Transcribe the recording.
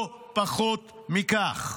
לא פחות מכך.